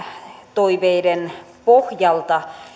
toiveiden pohjalta